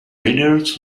readers